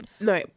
No